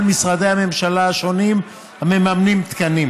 משרדי הממשלה השונים המממנים תקנים,